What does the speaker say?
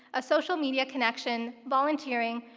a social media connection, volunteering,